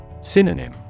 Synonym